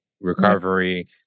recovery